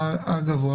הגבוה.